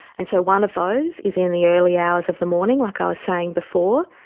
and so one of those is in the early hours of the morning, like i was saying before,